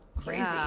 Crazy